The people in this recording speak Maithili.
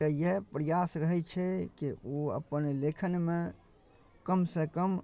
तऽ इएह प्रयास रहै छै कि ओ अपन लेखनमे कमसँ कम